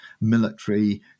military